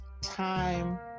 time